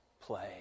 play